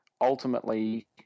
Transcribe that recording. ultimately